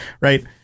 right